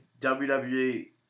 WWE